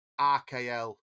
RKL